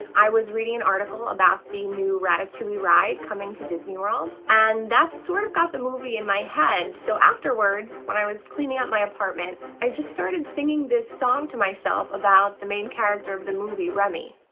i was reading an article about the new ratatouille ride coming to disney world and that's sort of got the movie in my head. so afterwards, when i was cleaning up my apartment, i just started singing this song to myself about the main character of the movie, remy.